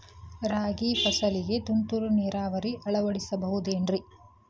ರಾಗಿ ಫಸಲಿಗೆ ತುಂತುರು ನೇರಾವರಿ ಅಳವಡಿಸಬಹುದೇನ್ರಿ?